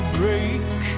break